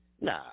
Nah